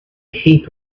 heap